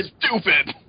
stupid